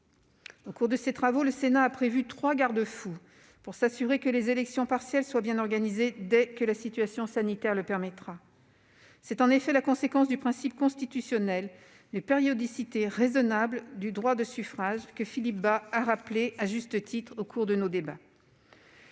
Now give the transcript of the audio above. Au cours de ses travaux, le Sénat a prévu trois garde-fous pour s'assurer que les élections partielles seront bien organisées dès que la situation sanitaire le permettra. Telle est en effet la conséquence du principe constitutionnel de périodicité raisonnable du droit de suffrage que Philippe Bas a rappelé à juste titre au cours de nos débats.